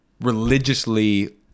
religiously